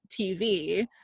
TV